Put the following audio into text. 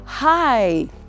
Hi